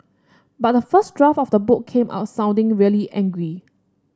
but the first draft of the book came out sounding really angry